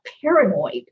paranoid